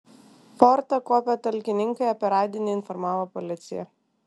fortą kuopę talkininkai apie radinį informavo policiją